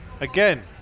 Again